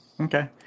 Okay